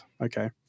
Okay